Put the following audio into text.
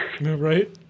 Right